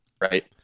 right